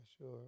sure